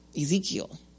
Ezekiel